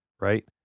right